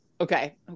Okay